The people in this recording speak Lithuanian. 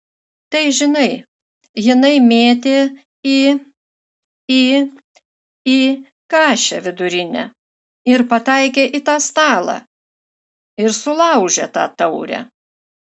tai žinai jinai mėtė į į į kašę vidurinę ir pataikė į tą stalą ir sulaužė tą taurę